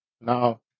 now